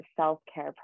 self-care